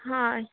हय